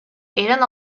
eren